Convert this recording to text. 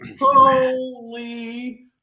Holy